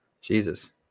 jesus